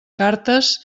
cartes